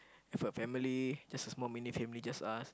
have a family just a small mini family just us